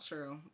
True